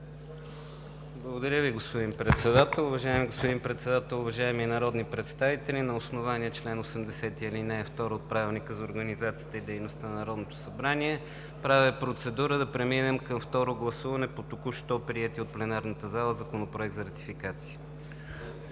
Уважаеми господин Председател, уважаеми народни представители! На основание чл. 80, ал. 2 от Правилника за организацията и дейността на Народното събрание правя процедура да преминем към второ гласуване по току-що приетия от пленарната зала Законопроект за ратификация.